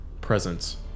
presence